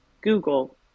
Google